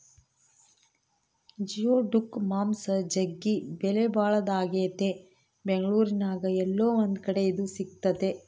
geoduck ಮಾಂಸ ಜಗ್ಗಿ ಬೆಲೆಬಾಳದಾಗೆತೆ ಬೆಂಗಳೂರಿನ್ಯಾಗ ಏಲ್ಲೊ ಒಂದು ಕಡೆ ಇದು ಸಿಕ್ತತೆ